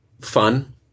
Fun